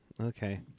Okay